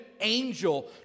angel